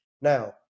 Now